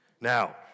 Now